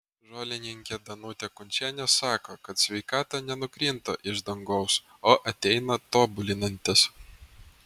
žolininkė danutė kunčienė sako kad sveikata nenukrinta iš dangaus o ateina tobulinantis